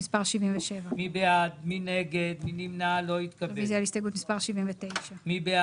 סומכים עליכם והולכים איתכם יד